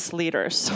leaders